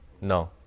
No